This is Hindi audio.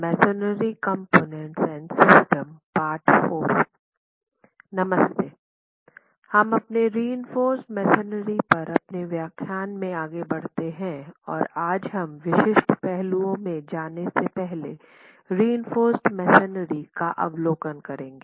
नमस्ते हम रिइंफोर्स मेसनरी पर अपने व्याख्यान में आगे बढ़ते हैं और आज हम विशिष्ट पहलुओं में जाने से पहले रिइंफोर्स मेसनरी का अवलोकन करेंगे